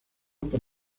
por